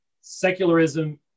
Secularism